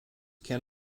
can